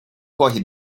corre